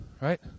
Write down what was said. right